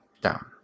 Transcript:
down